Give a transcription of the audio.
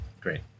Great